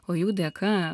o jų dėka